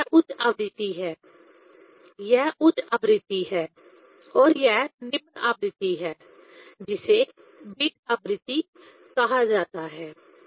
तो यह उच्च आवृत्ति है यह उच्च आवृत्ति है और यह निम्न आवृत्ति है जिसे बीट आवृत्ति कहा जाता है